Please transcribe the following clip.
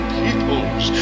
peoples